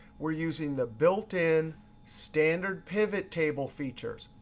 we're using the built-in standard pivot table features.